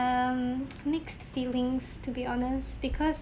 mixed feelings to be honest because